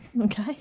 Okay